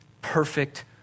perfect